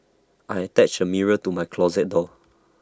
I attached A mirror to my closet door